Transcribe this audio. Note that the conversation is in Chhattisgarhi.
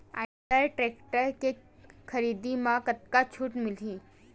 आइसर टेक्टर के खरीदी म कतका छूट मिलही?